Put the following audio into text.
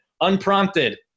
unprompted